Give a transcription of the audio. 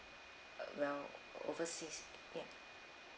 while overseas you know